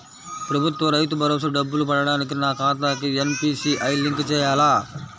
ప్రభుత్వ రైతు భరోసా డబ్బులు పడటానికి నా ఖాతాకి ఎన్.పీ.సి.ఐ లింక్ చేయాలా?